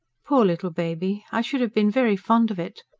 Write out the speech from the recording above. poor little baby, i should have been very fond of it,